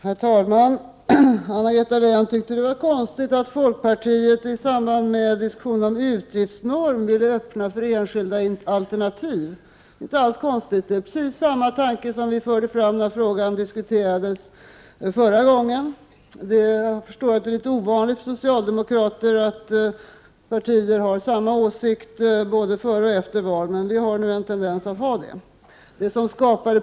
Herr talman! Anna-Greta Leijon tyckte att det var konstigt att folkpartiet i samband med diskussionen om utgiftsnorm ville öppna för enskilda alternativ. Det är inte alls konstigt. Det är precis samma tanke som vi förde fram när frågan diskuterades förra gången. Jag förstår att det känns litet ovanligt för socialdemokrater att partier har samma åsikter både före och efter ett val, men vi har en tendens att ha det.